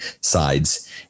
sides